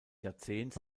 jahrzehnts